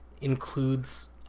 includes